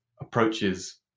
approaches